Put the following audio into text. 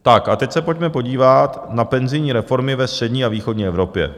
Tak a teď se pojďme podívat na penzijní reformy ve střední a východní Evropě.